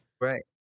right